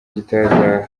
gitaha